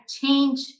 change